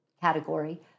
category